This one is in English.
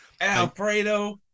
Alfredo